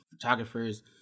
photographers